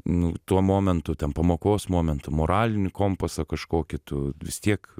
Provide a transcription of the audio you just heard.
nu tuo momentu ten pamokos momentu moralinį kompasą kažkokį tu vis tiek